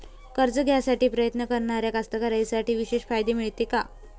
कर्ज घ्यासाठी प्रयत्न करणाऱ्या कास्तकाराइसाठी विशेष फायदे मिळते का?